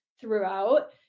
throughout